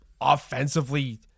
offensively